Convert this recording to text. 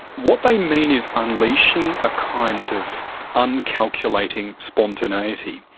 what they mean is unleashing a kind of uncalculating spontaneity.